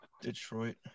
Detroit